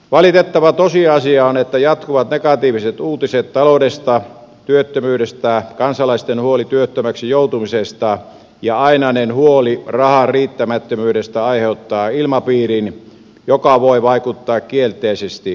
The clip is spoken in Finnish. valitettava tosiasia on että jatkuvat negatiiviset uutiset taloudesta ja työttömyydestä kansalaisten huoli työttömäksi joutumisesta ja ainainen huoli rahan riittämättömyydestä aiheuttavat ilmapiirin joka voi vaikuttaa kielteisesti syntyvyyteenkin